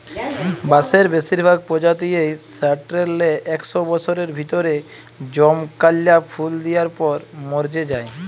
বাঁসের বেসিরভাগ পজাতিয়েই সাট্যের লে একস বসরের ভিতরে জমকাল্যা ফুল দিয়ার পর মর্যে যায়